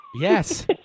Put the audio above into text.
Yes